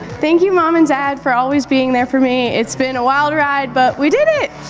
thank you mom and dad for always being there for me. it's been a wild ride but we did it!